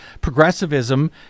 progressivism